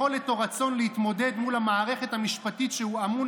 יכולת או רצון להתמודד מול המערכת המשפטית שהוא אמון